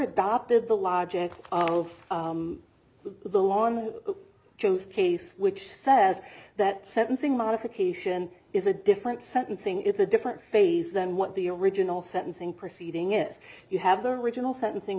adopted the logic of the law on cho's case which says that sentencing modification is a different sentencing it's a different phase than what the original sentencing proceeding is you have the original sentencing